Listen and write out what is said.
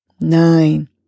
nine